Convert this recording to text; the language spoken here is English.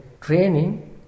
training